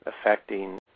affecting